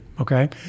okay